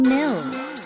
Mills